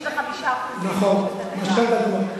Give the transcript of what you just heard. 95% ממנו, נכון, משכנתה גבוהה.